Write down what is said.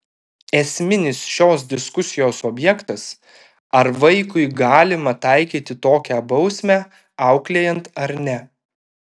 esminis šios diskusijos objektas ar vaikui galima taikyti tokią bausmę auklėjant ar ne